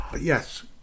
Yes